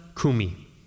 Kumi